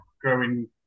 growing